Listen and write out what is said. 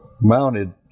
mounted